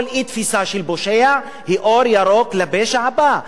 כל אי-תפיסה של פושע הם אור ירוק לפשע הבא.